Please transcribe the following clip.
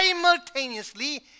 simultaneously